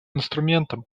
инструментом